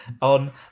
on